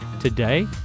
today